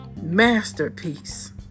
Masterpiece